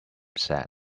sad